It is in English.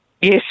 Yes